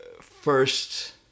first